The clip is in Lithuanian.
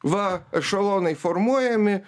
va ešalonai formuojami